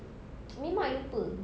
memang I lupa